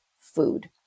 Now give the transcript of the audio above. food